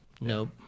Nope